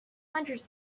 hundreds